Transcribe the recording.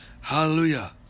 Hallelujah